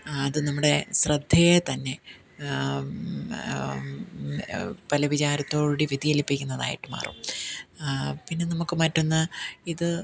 അത് നമ്മുടെ ശ്രദ്ധയെ തന്നെ പല വിചാരത്തോടുകൂടി വ്യതിചലിപ്പിക്കുന്നതായിട്ട് മാറും പിന്നെ നമുക്ക് മറ്റൊന്ന് ഇത്